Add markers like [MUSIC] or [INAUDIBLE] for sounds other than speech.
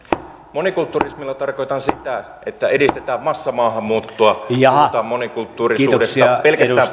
monikulturismilla tarkoitan sitä että edistetään massamaahanmuuttoa ja puhutaan monikulttuurisuudesta pelkästään [UNINTELLIGIBLE]